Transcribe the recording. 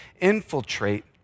infiltrate